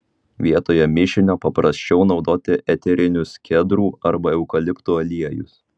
vietoje mišinio paprasčiau naudoti eterinius kedrų arba eukaliptų aliejus